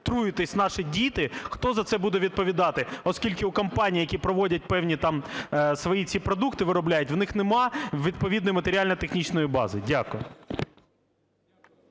труїтись наші діти, хто за це буде відповідати, оскільки у компаній, які проводять певні там, свої ці продукти виробляють, в них немає відповідної матеріально-технічної бази. Дякую.